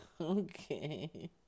Okay